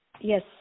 Yes